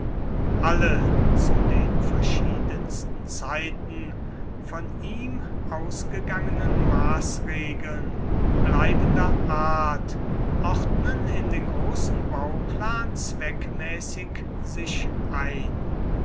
alle zu den verschiedensten zeiten von ihm ausgegangenen maßregeln bleibender art ordnen in den großen bauplan zweckmäßig sich ein